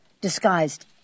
disguised